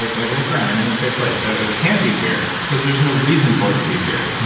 like like look around. i'm in a safe place so it can't be fear because there's no reason for it to be fear.